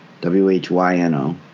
W-H-Y-N-O